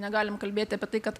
negalim kalbėti apie tai kad